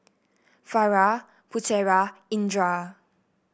Farah Putera Indra